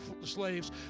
slaves